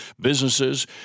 businesses